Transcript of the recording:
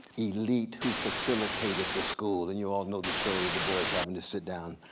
elite who facilitated the school. and you all know the story of du bois having to sit down,